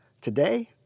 Today